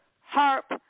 harp